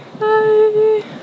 Bye